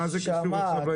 מה זה קשור עכשיו?